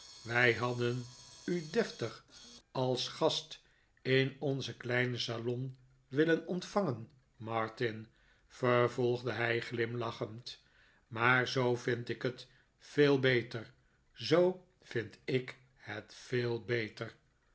wij hadden u deftig als gast in onzen kleinen salon willen ontvangen martin vervolgde hij glimlachend maar zoo vind ik het veel beter zoo vind ik het veel beter